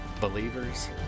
Believers